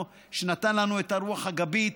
ונתן לנו את הרוח הגבית,